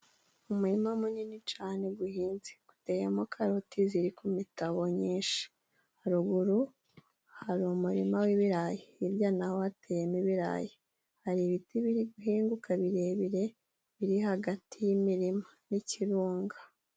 Umurima munini cyane uhinze uteyemo karoti ziri ku mitabo nyinshi, haruguru hari umurima w'ibirayi, hirya naho hateyemo ibirayi. Hari ibiti biri guhinguka birebire biri hagati y'imirima n'ikirunga.